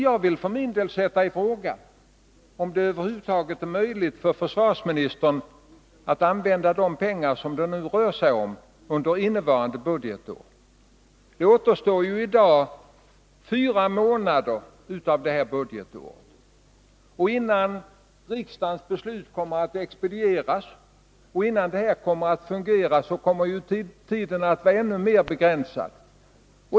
Jag vill för min del sätta i fråga om det över huvud taget är möjligt för försvarsministern att under innevarande budgetår använda de pengar som det här är fråga om. Det återstår ju i dag fyra månader av detta budgetår. Innan riksdagens beslut har expedierats och verkställts kommer tiden att ha blivit ännu mer begränsad.